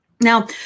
Now